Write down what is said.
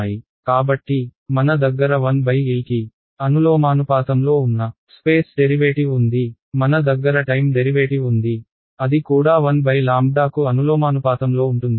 కాబట్టి మన దగ్గర 1L కి అనులోమానుపాతంలో ఉన్న స్పేస్ డెరివేటివ్ ఉంది మన దగ్గర టైమ్ డెరివేటివ్ ఉంది అది కూడా 1 కు అనులోమానుపాతంలో ఉంటుంది